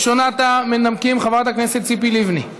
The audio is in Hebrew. ראשונת המנמקים, חברת הכנסת ציפי לבני.